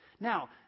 Now